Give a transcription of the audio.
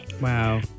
Wow